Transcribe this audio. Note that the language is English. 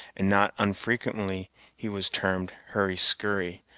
and not unfrequently he was termed hurry skurry,